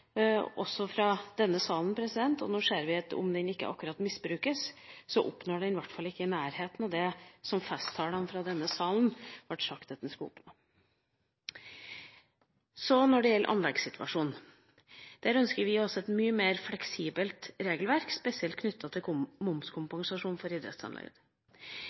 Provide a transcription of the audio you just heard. også i denne salen. Nå ser vi – om den ikke akkurat misbrukes – at den i hvert fall ikke fører til noe i nærheten av det som det i festsalene fra denne salen var sagt at det skulle oppnås. Når det gjelder anleggssituasjonen, ønsker vi oss et mye mer fleksibelt regelverk spesielt knyttet til momskompensasjon for